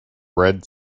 red